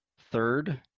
Third